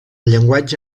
llenguatge